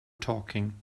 talking